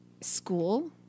school